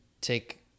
take